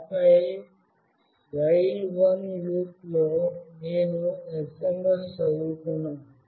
ఆపై while లూప్లో నేను SMS చదువుతున్నాను